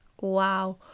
Wow